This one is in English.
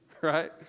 right